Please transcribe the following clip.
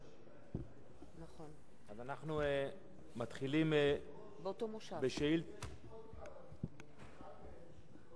יש עוד כמה תיקונים, ואחד מהם הוא שצריך להודיע